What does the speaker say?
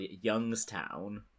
Youngstown